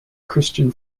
christian